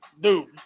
dude